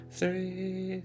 three